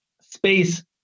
space